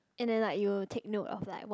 and then like you'll take note of like what